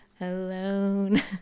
alone